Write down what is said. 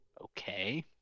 Okay